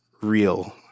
real